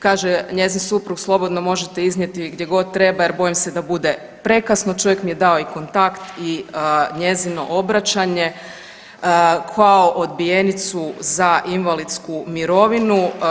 Kaže njezin suprug, slobodno možete iznijeti gdje god treba jer bojim se da bude prekasno, čovjek mi je dao i kontakt i njezino obraćanje kao odbijenicu za invalidsku mirovinu.